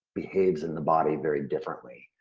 behaves in the body very differently.